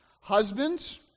Husbands